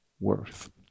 worth